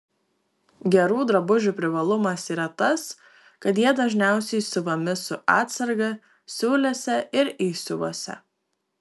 gerų drabužių privalumas yra tas kad jie dažniausiai siuvami su atsarga siūlėse ir įsiuvuose